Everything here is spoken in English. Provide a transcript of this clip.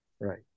Right